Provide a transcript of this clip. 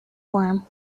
form